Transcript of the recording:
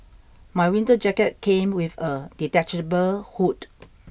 my winter jacket came with a detachable hood